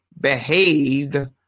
behaved